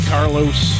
Carlos